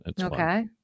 Okay